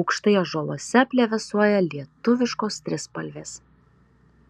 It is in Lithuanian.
aukštai ąžuoluose plevėsuoja lietuviškos trispalvės